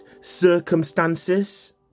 circumstances